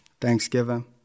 Thanksgiving